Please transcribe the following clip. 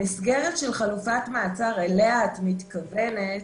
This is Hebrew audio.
המסגרת של חלופת מעצר שאליה את מתכוונת